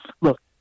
look